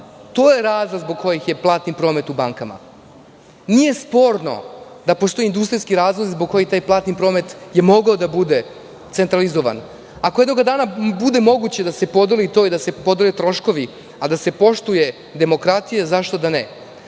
To je razlog zbog koga je platni promet u bankama. Nije sporno da postoje industrijski razlozi zbog kojih je taj platni promet mogao da bude centralizovan. Ako jednog dana bude moguće da se podeli to i da se podele troškovi, a da se poštuje demokratija, zašto da ne.